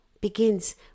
begins